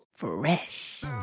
Fresh